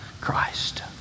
Christ